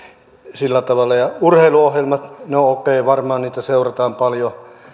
sillä tavalla ja urheiluohjelmat no okei varmaan niitä seurataan paljon